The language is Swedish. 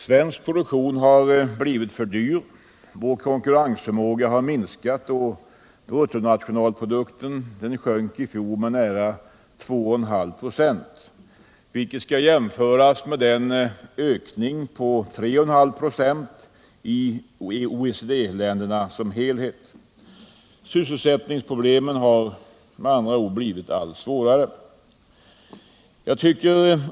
Svensk produktion har blivit för dyr, vår konkurrensförmåga har minskat, och bruttonationalprodukten sjönk i fjol med nära 2,5 96, vilket skall jämföras med en ökning på 3,5 26 i OECD-länderna som helhet. Sysselsättningsproblemen har med andra ord blivit allt svårare.